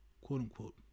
quote-unquote